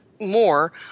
more